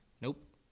Nope